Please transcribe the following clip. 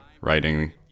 writing